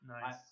Nice